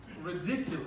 ridiculous